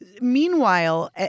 meanwhile